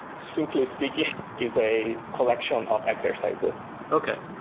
simply speaking is a collection of exercises okay,